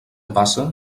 passa